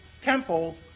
Temple